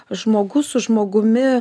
žmogus su žmogumi